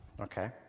Okay